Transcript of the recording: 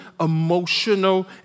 emotional